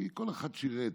כי כל אחד שירת